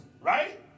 Right